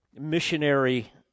missionary